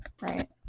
Right